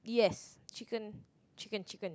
yes chicken chicken chicken